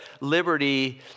liberty